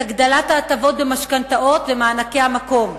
את הגדלת ההטבות במשכנתאות ומענקי המקום,